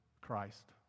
Christ